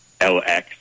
LX